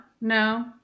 no